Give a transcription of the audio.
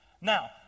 Now